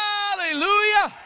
Hallelujah